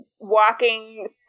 walking